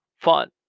fun